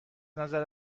نظر